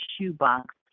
shoebox